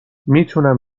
میتونم